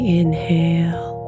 inhale